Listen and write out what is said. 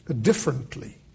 differently